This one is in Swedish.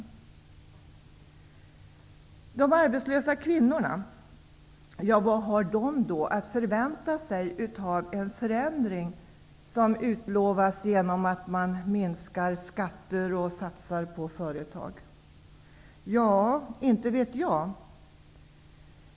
Vad har då de arbetslösa kvinnorna att förvänta sig av en förändring som utlovas genom sänkning av skatter och satsning på företag? Inte vet jag!